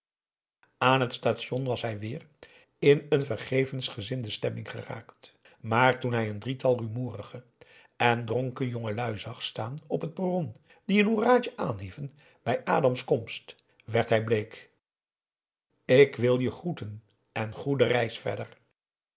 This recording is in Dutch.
aan het station was hij weer in een vergevensgezinde stemming geraakt maar toen hij een drietal rumoerige en dronken jongelui zag staan op het perron die een hoeraatje aanhieven bij adam's komst werd hij bleek ik wil je groeten en goede reis verder